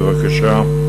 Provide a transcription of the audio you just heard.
בבקשה.